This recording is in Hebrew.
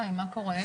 שאם בכלל יש צורך,